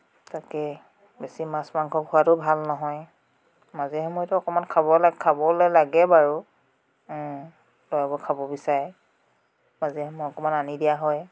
তাকে বেছি মাছ মাংস খোৱাটো ভাল নহয় মাজে সময়েতো অকণমান খাব খাবলৈ লাগে বাৰু খাব বিচাৰে মাজে সময়ে অকণমান আনি দিয়া হয়